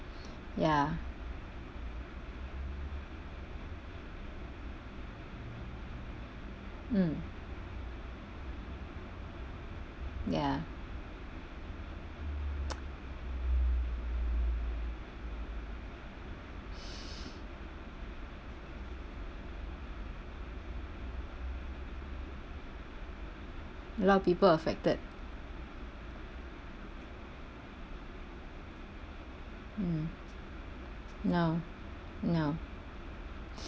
ya mm ya a lot of people affected mm ya ya